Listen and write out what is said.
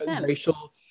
racial